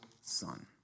son